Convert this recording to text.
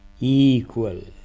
equal